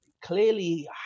Clearly